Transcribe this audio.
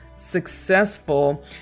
successful